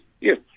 yes